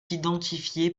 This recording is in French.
identifié